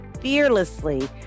fearlessly